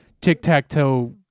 tic-tac-toe